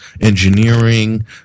engineering